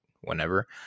whenever